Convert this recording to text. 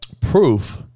proof